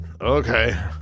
okay